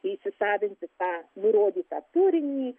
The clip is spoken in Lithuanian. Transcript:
įsisavinti tą nurodytą turinį